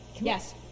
Yes